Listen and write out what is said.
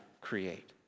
create